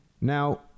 Now